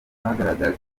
bagaragaje